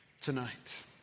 tonight